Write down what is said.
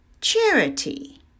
Charity